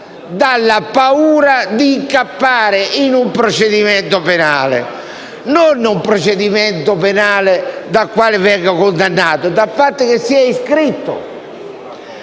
dalla paura di incappare in un procedimento penale: non un procedimento penale dal quale venir condannati, ma dal fatto che sia iscritto.